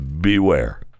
beware